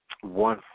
one